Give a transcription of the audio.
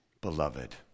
Beloved